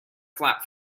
flap